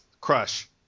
crush